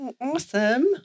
Awesome